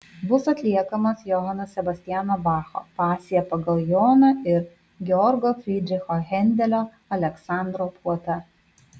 bus atliekamos johano sebastiano bacho pasija pagal joną ir georgo fridricho hendelio aleksandro puota